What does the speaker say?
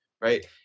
right